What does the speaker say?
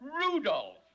Rudolph